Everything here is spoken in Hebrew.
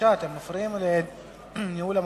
אתם מפריעים לניהול המליאה.